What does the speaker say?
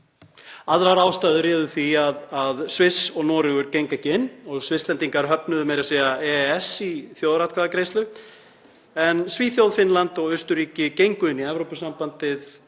Aðrar ástæður réðu því að Sviss og Noregur gengu ekki inn og Svisslendingar höfnuðu meira að segja EES í þjóðaratkvæðagreiðslu en Svíþjóð, Finnland og Austurríki gengu inn í Evrópusambandið